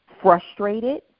frustrated